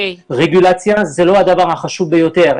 רגולציה היא לא הדבר החשוב ביותר.